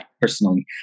personally